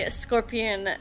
scorpion